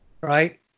Right